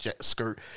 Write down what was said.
skirt